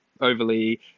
overly